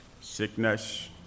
sickness